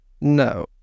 No